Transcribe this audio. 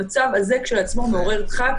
המצב הזה כשלעצמו מעורר רחק,